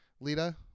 Lita